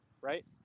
right